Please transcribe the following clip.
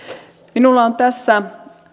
minulla on tässä